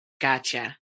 gotcha